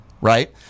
right